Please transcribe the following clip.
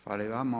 Hvala i vama.